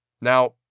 Now